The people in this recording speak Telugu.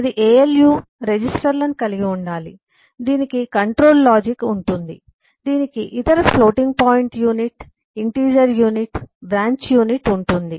అది ALU రిజిస్టర్లను కలిగి ఉండాలి దీనికి కంట్రోల్ లాజిక్control logic నియంత్రణ తర్కం ఉంటుంది దీనికి ఇతర floating point unit integer unit branch unit ఉంటుంది